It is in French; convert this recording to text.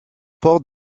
port